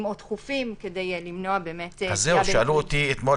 או דחופים כדי למנוע --- שאלו אותי אתמול,